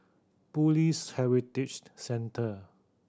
Police Heritage Centre